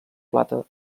plata